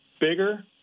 bigger